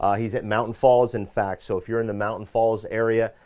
ah he's at mountain falls in fact. so if you're in the mountain falls area,